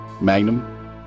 Magnum